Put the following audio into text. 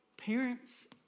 Parents